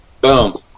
boom